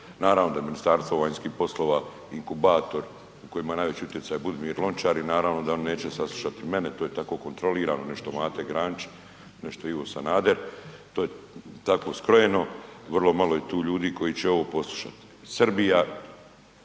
naravno da Ministarstvo vanjskih poslova inkubator koji ima najveći utjecaj Budimir Lončar i naravno da oni neće saslušati mene, to je tako kontrolirano, nešto Mate Granić, nešto Ivo Sanader, to je tako skrojeno, vrlo malo je tu ljudi koji će ovo poslušati.